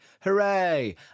hooray